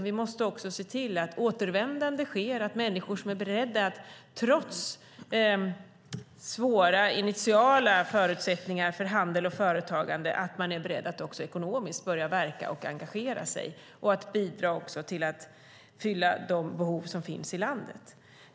Vi måste också se till att återvändande kan ske för människor som är beredda, trots svåra initiala förutsättningar för handel och företagande, att också ekonomiskt börja verka och engagera sig och bidra till att fylla de behov som finns i landet.